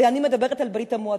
ואני מדברת על ברית-המועצות.